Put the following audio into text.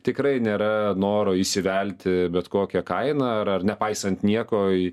tikrai nėra noro įsivelti bet kokia kaina ar ar nepaisant nieko į